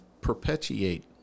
perpetuate